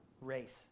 race